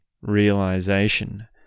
realization